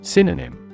Synonym